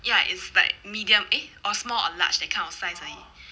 ya is like medium eh or small or large that kind of size 而已